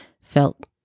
felt